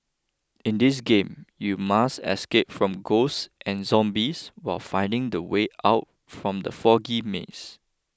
in this game you must escape from ghosts and zombies while finding the way out from the foggy maze